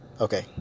Okay